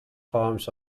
farms